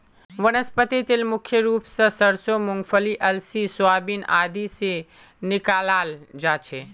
वनस्पति तेल मुख्य रूप स सरसों मूंगफली अलसी सोयाबीन आदि से निकालाल जा छे